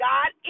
God